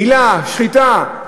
מילה, שחיטה.